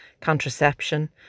contraception